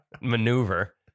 maneuver